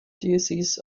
diocese